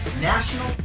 National